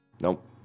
nope